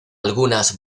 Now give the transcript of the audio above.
algunas